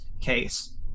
case